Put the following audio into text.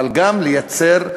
אבל גם לייצר,